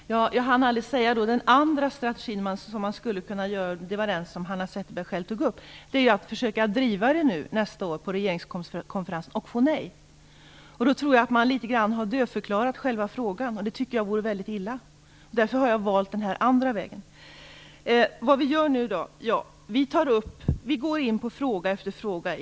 Fru talman! Jag hann aldrig säga att den andra strategin som man skulle kunna ha är den som Hanna Zetterberg själv tog upp, nämligen att försöka driva frågan på nästa års regeringskonferens och få nej. Då tror jag att man litet grand har dödförklarat själva frågan, vilket jag tycker vore mycket illa. Därför har jag valt den här andra vägen. Vad vi nu gör är att vi går in på fråga efter fråga.